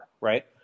right